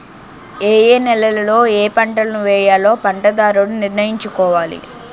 ఏయే నేలలలో ఏపంటలను వేయాలో పంటదారుడు నిర్ణయించుకోవాలి